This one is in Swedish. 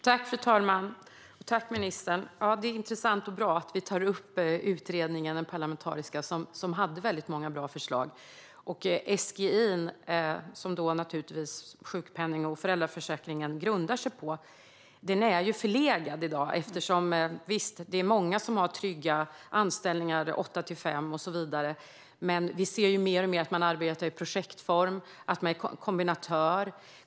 Fru talman! Tack, ministern! Det är intressant och bra att vi tar upp den parlamentariska utredningen som hade väldigt många bra förslag. SGI:n, som sjukpenningen och föräldraförsäkringen grundar sig på, är förlegad i dag. Visst, det är många som har trygga anställningar och jobbar åtta till fem och så vidare, men vi ser mer och mer att man arbetar i projektform eller att man är kombinatör.